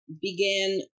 began